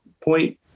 point